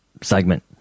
segment